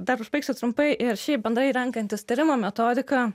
dar užbaigsiu trumpai ir šiaip bendrai renkantis tyrimo metodiką